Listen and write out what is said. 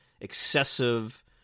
excessive